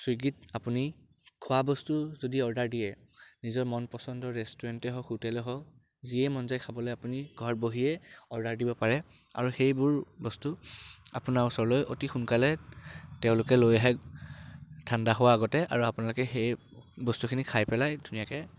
চুইগিত আপুনি খোৱা বস্তু যদি অৰ্ডাৰ দিয়ে নিজৰ মন পচণ্ডৰ ৰেষ্টুৰেণ্টে হওক হোটেলে হওক যিয়ে মন যায় খাবলৈ আপুনি ঘৰত বহিয়ে অৰ্ডাৰ দিব পাৰে আৰু সেইবোৰ বস্তু আপোনাৰ ওচৰলৈ অতি সোনকালে তেওঁলোকে লৈ আহে ঠাণ্ডা হোৱাৰ আগতে আৰু আপোনালোকে সেই বস্তুখিনি খাই পেলাই ধুনীয়াকৈ